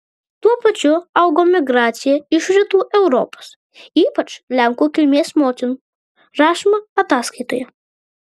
tuo pačiu augo migracija iš rytų europos ypač lenkų kilmės motinų rašoma ataskaitoje